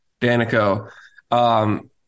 Danico